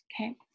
Okay